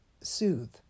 soothe